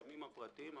היזמים הפרטיים,